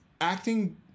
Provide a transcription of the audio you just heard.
acting